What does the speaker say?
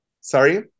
Sorry